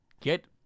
get